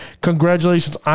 Congratulations